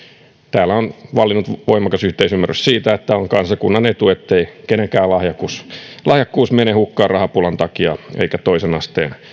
täällä on vallinnut voimakas yhteisymmärrys siitä että on kansakunnan etu ettei kenenkään lahjakkuus mene hukkaan rahapulan takia eikä toisen asteen